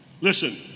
Listen